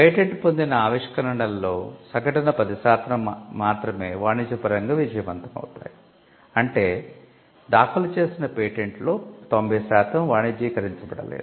patent పొందిన ఆవిష్కరణలలో సగటున 10 శాతం మాత్రమే వాణిజ్యపరంగా విజయవంతమవుతాయి అంటే దాఖలు చేసిన పేటెంట్లో 90 శాతం వాణిజ్యీకరించబడలేదు